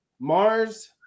Mars